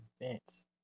events